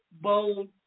bold